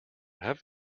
have